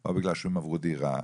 או בגלל שהם עברו דירה,